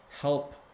help